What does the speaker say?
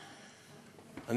חברי חברי הכנסת,